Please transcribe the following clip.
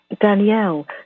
Danielle